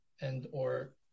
and/or